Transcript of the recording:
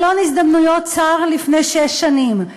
חלון הזדמנויות צר לפני שש שנים,